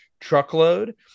truckload